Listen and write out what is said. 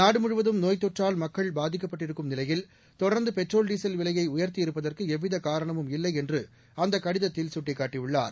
நாடுமுழுவதும் நோய்த் தொற்றால் மக்கள் பாதிக்கப்பட்டிருக்கும் நிலையில் தொடர்ந்து பெட்ரோல் டீசல் விலையை உயர்த்தியிருப்பதற்கு எந்தவித காரணமும் இல்லை என்று அந்தக் கடிதத்தில் சுட்டிக்காட்டியுள்ளார்